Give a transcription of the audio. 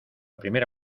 primera